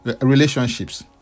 relationships